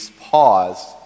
pause